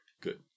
Good